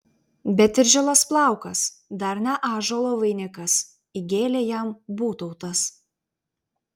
bet ir žilas plaukas dar ne ąžuolo vainikas įgėlė jam būtautas